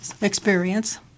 experience